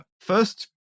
First